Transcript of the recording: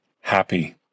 happy